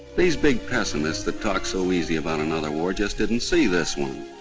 these big pessimists that talk so easy about another war just didn't see this one,